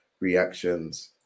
reactions